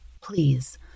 please